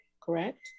correct